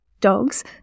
Dogs